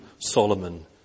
Solomon